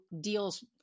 deals